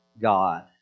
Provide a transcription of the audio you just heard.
God